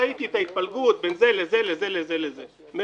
ראיתי את ההתפלגות בין זה לזה ואני מבין.